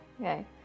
Okay